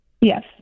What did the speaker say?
Yes